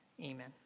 Amen